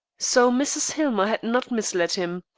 so mrs. hillmer had not misled him.